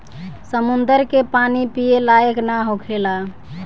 समुंद्र के पानी पिए लायक ना होखेला